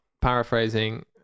Paraphrasing